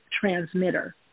transmitter